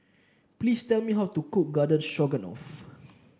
please tell me how to cook Garden Stroganoff